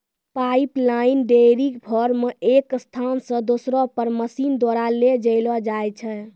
pipeline dairy farm मे एक स्थान से दुसरा पर मशीन द्वारा ले जैलो जाय छै